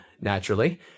naturally